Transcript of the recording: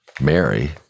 Mary